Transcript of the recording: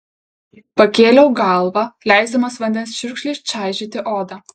pakėliau galvą leisdamas vandens čiurkšlei čaižyti odą